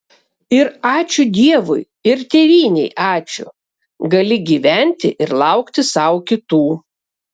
ir ačiū dievui ir tėvynei ačiū gali gyventi ir laukti sau kitų